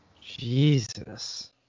Jesus